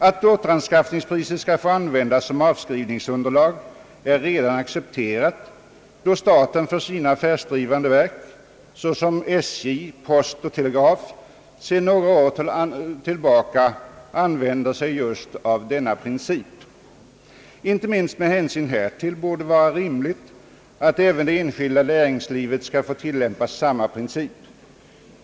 Att återanskaffningspriset skall få användas som avskrivningsunderlag är redan accepterat, då staten för sina affärsdrivande verk — såsom statens järnvägar, postverket och telegrafverket — sedan några år tillbaka tilläm par just denna princip. Inte minst med hänsyn härtill borde det vara rimligt att även det enskilda näringslivet skall få tillämpa samma princip.